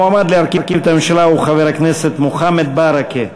המועמד להרכיב את הממשלה הוא חבר הכנסת מוחמד ברכה.